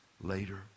later